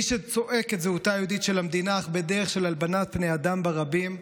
מי שצועק את זהותה היהודית של המדינה אך בדרך של הלבנת פני אדם ברבים,